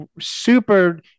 super